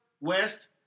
West –